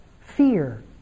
fear